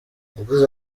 yagize